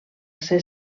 ser